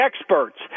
experts